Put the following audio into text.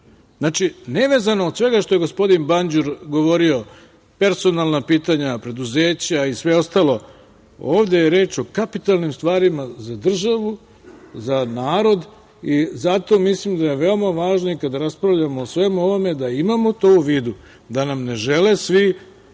Znači, nevezano od svega što je gospodin Banđur govorio, personalna pitanja, preduzeća i sve ostalo, ovde je reč o kapitalnim stvarima za državu, za narod i zato mislim da je veoma važno i kada raspravljamo o svemu ovome da imamo to u vidu, da nam ne žele svi